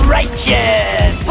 Righteous